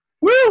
Woo